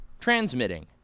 Transmitting